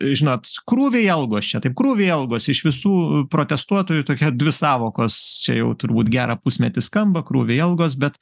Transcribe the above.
žinot krūviai algos čia taip krūviai algos iš visų protestuotojų tokia dvi sąvokos čia jau turbūt gerą pusmetį skamba krūviai algos bet